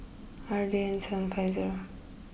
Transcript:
R D N seven five zero